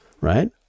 right